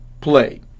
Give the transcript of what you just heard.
play